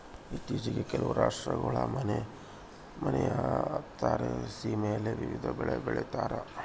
ಇತ್ತೀಚಿಗೆ ಕೆಲವು ರಾಷ್ಟ್ರಗುಳಾಗ ಮನೆಯ ತಾರಸಿಮೇಲೆ ವಿವಿಧ ಬೆಳೆ ಬೆಳಿತಾರ